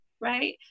right